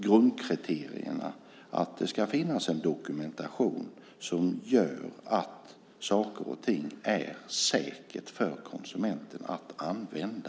Grundkriterierna är att det ska finnas en dokumentation som visar att saker och ting är säkra för konsumenten att använda.